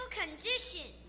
condition